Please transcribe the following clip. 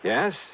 Yes